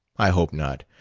i hope not.